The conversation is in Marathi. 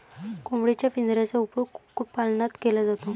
कोंबडीच्या पिंजऱ्याचा उपयोग कुक्कुटपालनात केला जातो